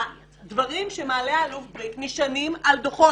הדברים שמעלה האלוף בריק נשענים על דוחות